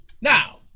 Now